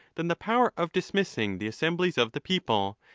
than the power of dismissing the asseinblies of the people,